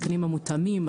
התקנים המותאמים,